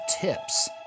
tips